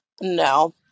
no